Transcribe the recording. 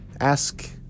Ask